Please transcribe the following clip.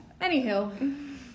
Anywho